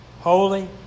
holy